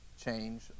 change